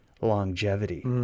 longevity